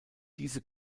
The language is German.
diese